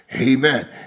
Amen